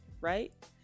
right